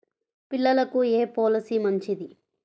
పిల్లలకు ఏ పొలసీ మంచిది?